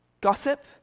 gossip